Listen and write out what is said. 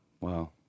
Wow